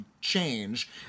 change